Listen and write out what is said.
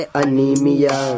anemia